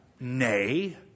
Nay